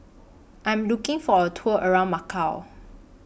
I'm looking For A Tour around Macau